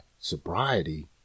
sobriety